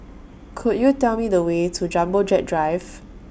Could YOU Tell Me The Way to Jumbo Jet Drive